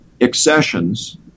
accessions